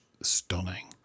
stunning